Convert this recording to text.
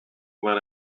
when